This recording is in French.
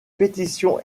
pétitions